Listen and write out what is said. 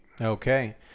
Okay